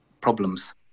problems